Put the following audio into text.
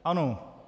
Ano.